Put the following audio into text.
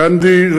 גנדי,